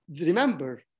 remember